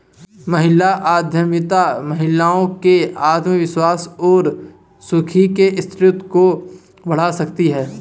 महिला उद्यमिता महिलाओं में आत्मविश्वास और खुशी के स्तर को बढ़ा सकती है